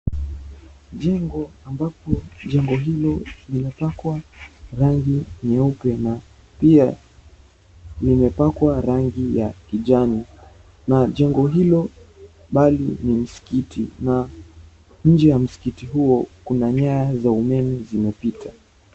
Jengo ambapo jengo hilo limepakwa rangi nyeupe na pia limepakwa rangi ya kijani na jengo hilo bali ni mskiti na nje ya mskiti huo kuna nyaya za umeme zimepita.